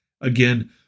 Again